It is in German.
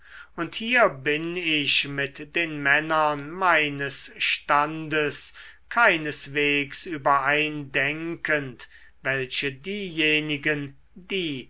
und hier bin ich mit den männern meines standes keineswegs übereindenkend welche diejenigen die